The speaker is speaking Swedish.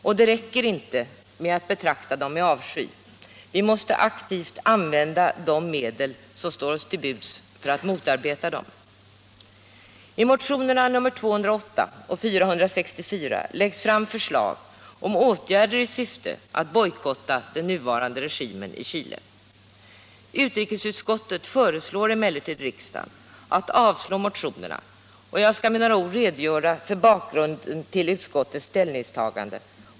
Och det räcker inte att betrakta dem med avsky — vi måste aktivt använda de medel som står oss till buds för att motarbeta dem. I motionerna 208 och 464 läggs fram förslag om åtgärder i syfte att bojkotta den nuvarande regimen i Chile. Utrikesutskottet föreslår emellertid riksdagen att avslå motionerna, och jag skall med några ord redogöra för bakgrunden till utskottets ställningstagande.